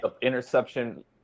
interception